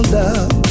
love